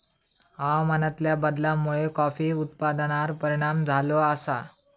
हवामानातल्या बदलामुळे कॉफी उत्पादनार परिणाम झालो आसा